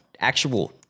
actual